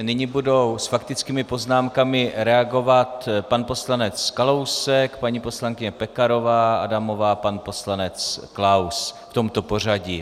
Nyní budou s faktickými poznámkami reagovat pan poslanec Kalousek, paní poslankyně Pekarová Adamová, pan poslanec Klaus v tomto pořadí.